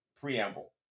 preamble